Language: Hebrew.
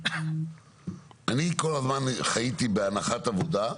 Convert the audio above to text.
אני כל הזמן חייתי בהנחת עבודה,